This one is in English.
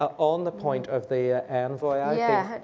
ah on the point of the envoy, i yeah